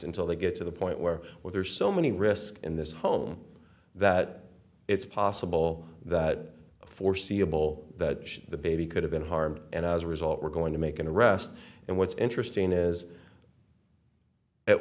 until they get to the point where where there are so many risks in this home that it's possible that foreseeable that the baby could have been harmed and as a result we're going to make an arrest and what's interesting is at